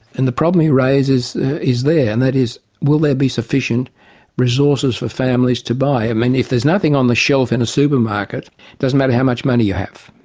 and the problem you raise is is there, and that is will there be sufficient resources for families to buy? and and if there's nothing on the shelf in a supermarket, it doesn't matter how much money you have.